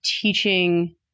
teaching